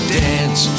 dance